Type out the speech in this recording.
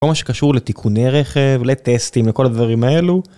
כל מה שקשור לתיקוני רכב לטסטים לכל הדברים האלו